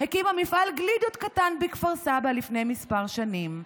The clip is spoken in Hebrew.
הקימה מפעל גלידות קטן בכפר סבא לפני מספר שנים.